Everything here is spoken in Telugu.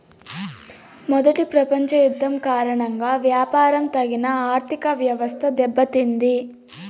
మొదటి ప్రపంచ యుద్ధం కారణంగా వ్యాపారం తగిన ఆర్థికవ్యవస్థ దెబ్బతింది